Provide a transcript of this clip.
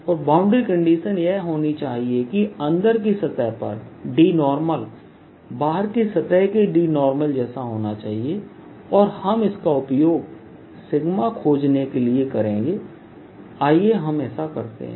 और boundary condition यह होनी चाहिए कि अंदर की सतह का D बाहर की सतह के Dजैसा होना चाहिए और हम इसका उपयोग सिग्मा खोजने के लिए करेंगे आइए हम ऐसा करें